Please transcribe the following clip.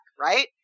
right